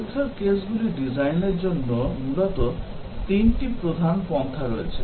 পরীক্ষার কেসগুলি ডিজাইনের জন্য মূলত 3 টি প্রধান পন্থা রয়েছে